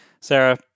sarah